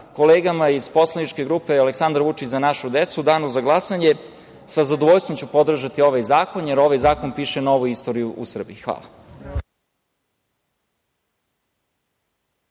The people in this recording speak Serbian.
kolegama iz poslaničke grupe Aleksandar Vučić - Za našu decu, u danu za glasanje sa zadovoljstvom ću podržati ovaj zakon, jer ovaj zakon piše novu istoriju u Srbiji. Hvala.